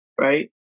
right